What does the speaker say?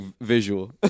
visual